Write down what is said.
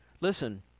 Listen